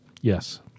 Yes